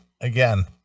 again